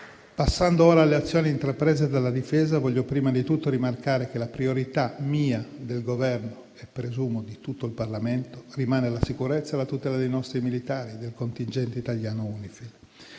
Passando ora alle azioni intraprese dalla Difesa, voglio prima di tutto rimarcare che la priorità mia, del Governo e - presumo - di tutto il Parlamento rimane la sicurezza e la tutela dei nostri militari, del contingente italiano UNIFIL.